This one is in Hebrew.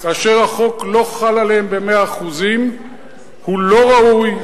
אשר החוק לא חל עליהם ב-100% לא ראוי,